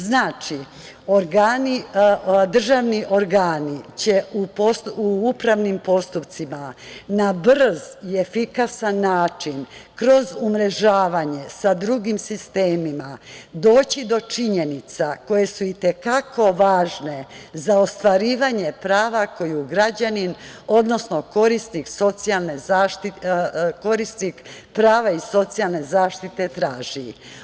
Znači, organi državni će u upravnim postupcima na brz i efikasan način kroz umrežavanje sa drugim sistemima doći do činjenica koje su i te kako važne za ostvarivanje prava koje građani, odnosno korisnici prava iz socijalne zaštite traže.